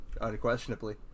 Unquestionably